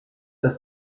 das